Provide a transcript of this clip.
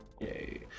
Yay